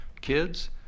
kids